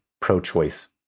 pro-choice